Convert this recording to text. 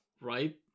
Right